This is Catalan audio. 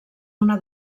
una